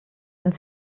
sind